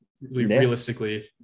realistically